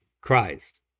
Christ